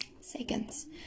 seconds